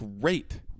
great